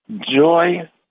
joy